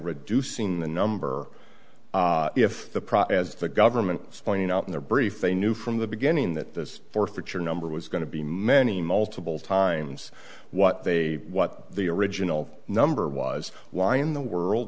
reducing the number if the prop as the government's finding out in their brief they knew from the beginning that this forfeiture number was going to be many multiple times what they what the original number was why in the world